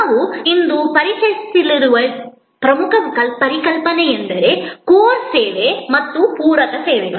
ನಾವು ಇಂದು ಪರಿಚಯಿಸಲಿರುವ ಪ್ರಮುಖ ಪರಿಕಲ್ಪನೆಯೆಂದರೆ ಕೋರ್ ಸೇವೆ ಮತ್ತು ಪೂರಕ ಸೇವೆಗಳು